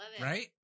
right